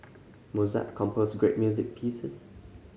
Mozart composed great music pieces